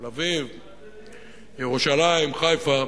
תל-אביב, ירושלים, חיפה,